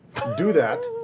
do that,